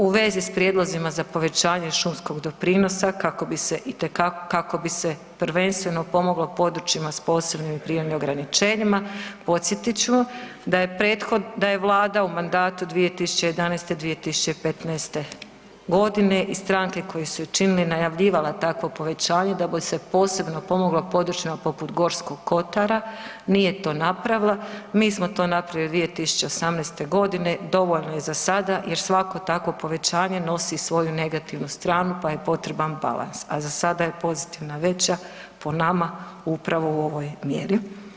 U vezi s prijedlozima za povećanje šumskog doprinosa kako bi se prvenstveno pomoglo područjima s posebnim prirodnim ograničenjima podsjetit ću da je Vlada u mandatu 2011.-2015. godine i stranke koje su je činili najavljivala takvo povećanje da bi se posebno pomoglo područjima poput Gorskog kotara, nije to napravila, mi smo to napravili 2018. godine, dovoljno je za sada jer svako takvo povećanje nosi svoju negativnu stranu pa je potreban balans, a za sada je pozitivna veća po nama upravo u ovoj mjeri.